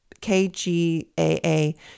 KGAA